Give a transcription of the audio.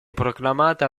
proclamata